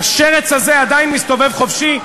והשרץ הזה עדיין מסתובב חופשי,